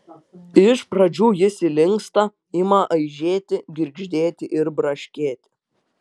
iš pradžių jis įlinksta ima aižėti girgždėti ir braškėti